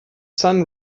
sun